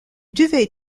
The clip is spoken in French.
devais